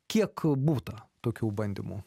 kiek būta tokių bandymų